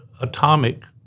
atomic